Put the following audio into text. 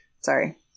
Sorry